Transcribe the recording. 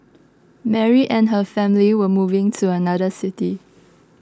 Mary and her family were moving to another city